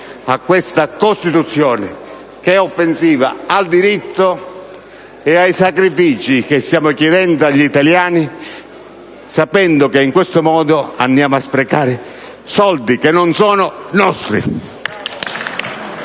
a questa costituzione in giudizio, che è offensiva per il diritto e i sacrifici che stiamo chiedendo agli italiani, sapendo che in questo modo andiamo a sprecare soldi che non sono nostri!